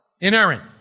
Inerrant